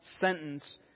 sentence